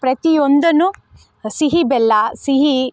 ಪ್ರತಿಯೊಂದನ್ನು ಸಿಹಿ ಬೆಲ್ಲ ಸಿಹಿ